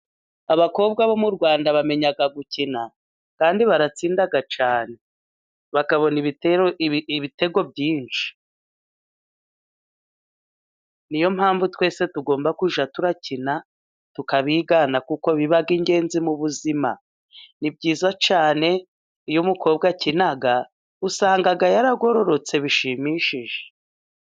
Abakobwa bo mu Rwanda bamenya gukina，kandi baratsinda cyane，bakabona ibitego byinshi. Niyo mpamvu twese tugomba kujya dukina，tukabigana，kuko biba ingenzi mu buzima. Ni byiza cyane， iyo umukobwa akina，usanga yaragororotse bishimishije.